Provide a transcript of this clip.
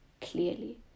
clearly